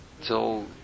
till